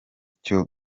cyo